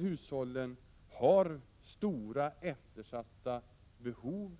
Hushållen har stora eftersatta behov